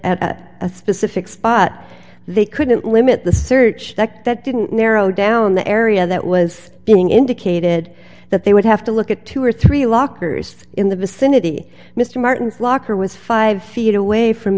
at a specific spot they couldn't limit the search that didn't narrow down the area that was being indicated that they would have to look at two or three lockers in the vicinity mr martin's locker was five feet away from